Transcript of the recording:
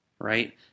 right